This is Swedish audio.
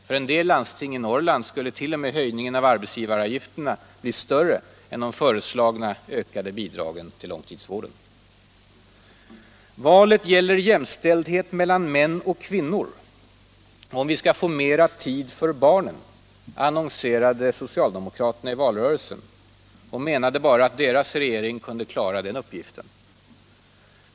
För en del landsting i Norrland skulle t.o.m. höjningen av arbetsgivaravgifterna bli större än de föreslagna ökade bidragen till långtidsvården. Valet gäller jämställdheten mellan män och kvinnor och om vi skall få mer tid för barnen, annonserade socialdemokraterna i valrörelsen och menade att bara en socialdemokratisk regering kunde klara den uppgiften.